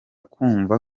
kumva